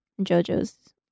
JoJo's